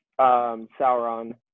Sauron